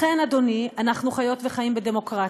לכן אדוני, אנחנו חיות וחיים בדמוקרטיה.